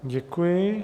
Děkuji.